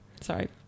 Sorry